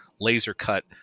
laser-cut